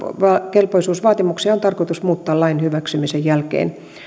kelpoisuusvaatimuksia on tarkoitus muuttaa lain hyväksymisen jälkeen